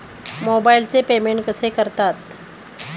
मोबाइलचे पेमेंट कसे करतात?